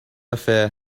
affair